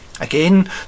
Again